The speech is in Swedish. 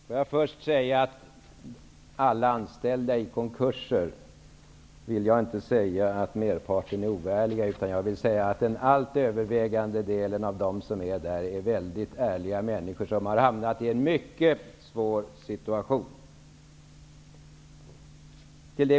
Herr talman! Först vill jag säga att merparten konkursförvaltare inte alls är oärlig, utan den allt övervägande delen är mycket ärliga människor som har hamnat i en mycket svår situation.